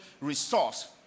resource